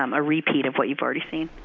um a repeat of what you've already seen.